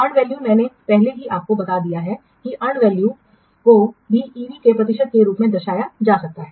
earned value मैंने पहले ही आपको बता दिया है कि अर्नड वैल्यू को भी ईवी के प्रतिशत के रूप में दर्शाया जा सकता है